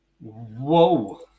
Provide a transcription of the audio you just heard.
Whoa